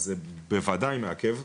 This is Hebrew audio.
אז זה בוודאי שמעכב.